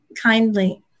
kindly